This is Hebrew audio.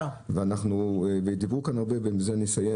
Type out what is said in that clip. דיברו כאן הרבה ובזה אני אסיים